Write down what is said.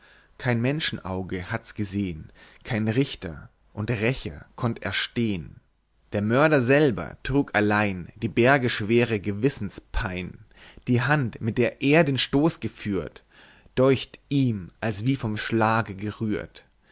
kein menschenauge hatt's gesehn kein richter und rächer konnt erstehn der mörder selber trug allein die bergeschwere gewissenspein die hand mit der er den stoß geführt däucht ihm als wie vom schlage gerührt